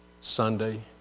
Sunday